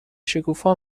شکوفا